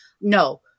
No